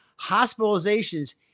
hospitalizations